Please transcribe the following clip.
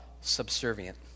subservient